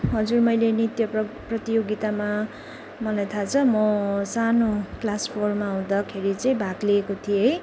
हजुर मैले नृत्य प्र प्रतियोगितामा मलाई थाहा छ म सानो क्लास फोरमा हुँदाखेरि चाहिँ भाग लिएको थिएँ